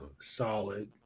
Solid